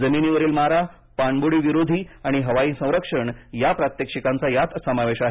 जमिनीवरील मारा पाणबुडी विरोधी आणि हवाई संरक्षण या प्रात्याक्षिकांचा यात समावेश आहे